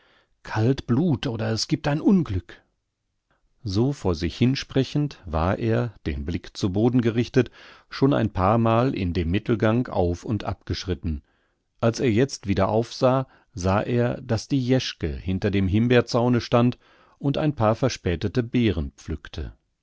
blut oder es giebt ein unglück so vor sich hinsprechend war er den blick zu boden gerichtet schon ein paarmal in dem mittelgang auf und ab geschritten als er jetzt wieder aufsah sah er daß die jeschke hinter dem himbeerzaune stand und ein paar verspätete beeren pflückte